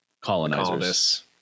colonizers